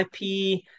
IP